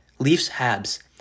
Leafs-Habs